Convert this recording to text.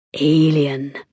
Alien